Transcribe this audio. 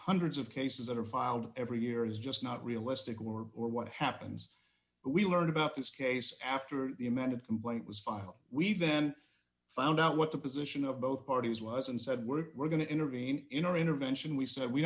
hundreds of cases that are filed every year is just not realistic or or what happens we learned about this case after the amended complaint was filed we then found out what the position of both parties was and said we're we're going to intervene in our intervention we said we